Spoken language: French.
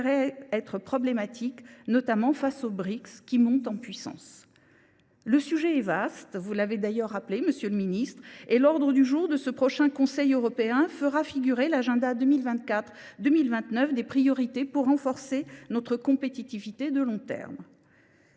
problématique, notamment face aux Brics, qui montent en puissance. Le sujet est vaste ; vous l’avez d’ailleurs rappelé, monsieur le ministre. L’ordre du jour de ce prochain Conseil européen fera figurer l’agenda 2024 2029 des priorités pour renforcer notre compétitivité à long terme.